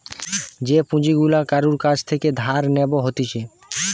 যে পুঁজি গুলা কারুর কাছ থেকে ধার নেব হতিছে